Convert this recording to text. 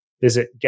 visit